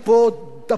כי מכירים אותי,